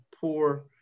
poor